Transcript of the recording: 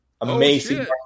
amazing